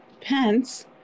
Pence